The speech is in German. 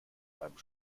einem